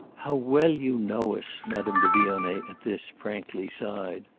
how well you know us! madame de vionnet, at this, frankly sighed.